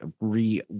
re